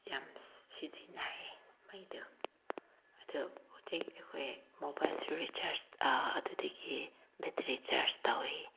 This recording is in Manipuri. ꯌꯥꯝ ꯁꯤꯖꯤꯟꯅꯩ ꯃꯩꯗꯨ ꯑꯗꯨ ꯍꯧꯖꯤꯛ ꯑꯩꯈꯣꯏ ꯃꯣꯕꯥꯏꯜꯁꯨ ꯔꯤꯆꯥꯔꯖ ꯑꯗꯨꯗꯒꯤ ꯕꯦꯇ꯭ꯔꯤ ꯆꯥꯔꯖ ꯇꯧꯋꯤ